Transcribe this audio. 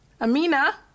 Amina